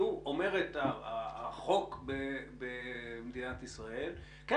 זה אומר שהחוק במדינת ישראל אומר: כן,